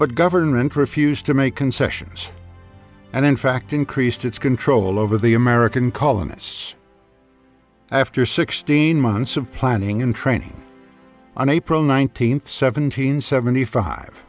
but government refused to make concessions and in fact increased its control over the american colonists after sixteen months of planning and training on april nineteenth seventeen seventy five